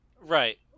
right